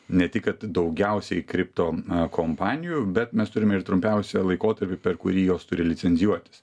ne tik kad daugiausiai kripto kompanijų bet mes turime ir trumpiausią laikotarpį per kurį jos turi licencijuotis